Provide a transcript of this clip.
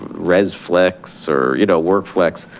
red flex or you know work flex,